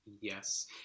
Yes